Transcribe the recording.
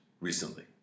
recently